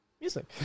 Music